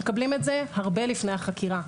מקבלים את זה הרבה לפני החקירה.